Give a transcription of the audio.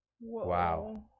Wow